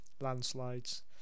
landslides